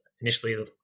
initially